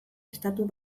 estatu